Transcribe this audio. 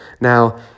Now